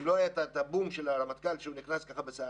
אם לא היה את ה-בום של הרמטכ"ל כשהוא נכנס בסערה,